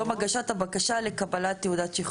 יום הגשת הבקשה לקבלת תעודת שחרור.